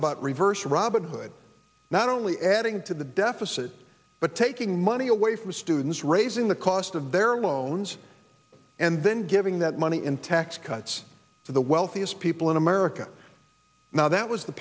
about reverse robin hood not only adding to the deficit but taking money away from students raising the cost of their loans and then giving that money in tax cuts for the wealthiest people in america now that was the